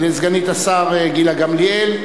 ולסגנית השר גילה גמליאל.